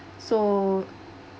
so